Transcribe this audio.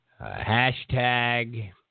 Hashtag